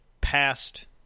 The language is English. past